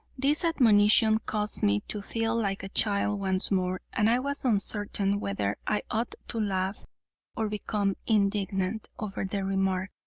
this admonition caused me to feel like a child once more, and i was uncertain whether i ought to laugh or become indignant over the remark.